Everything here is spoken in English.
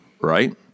Right